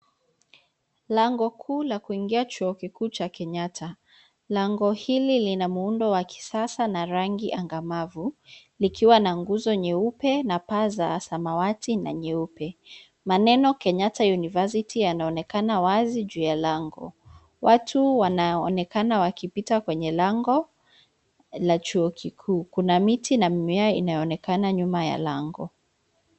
Lango kuu la kuingia chuo kikuu cha Kenyatta. Lango hili lina muundo wa kisasa na rangi angamavu, likiwa na nguzo nyeupe na paa za samawati na nyeupe. Maneno Kenyatta University yanaonekana wazi juu ya lango. Watu wanaonekana wakipita kwenye lango la chuo kikuu. Kuna miti na mimea inayoonekana nyuma ya lango.